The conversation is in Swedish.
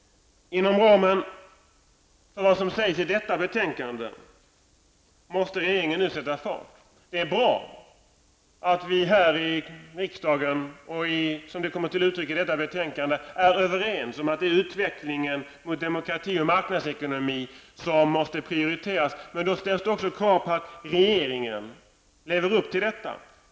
Inom ramen för vad som sägs i detta betänkande måste regeringen nu sätta fart. Det är bra att vi här i riksdagen, och som det kommer till uttryck i detta betänkande, är överens om att det är utvecklingen mot demokrati och marknadsekonomi som måste prioriteras. Då ställs det krav på att regeringen lever upp till detta.